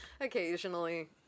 occasionally